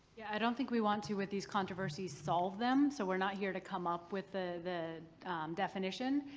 yeah, i don't think we want to, with these controversies, solve them. so we're not here to come up with ah the definition,